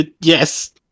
Yes